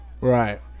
Right